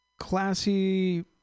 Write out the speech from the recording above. classy